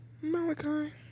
Malachi